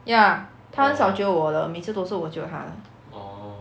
ya 她很少 jio 我的每次都是我 jio 她的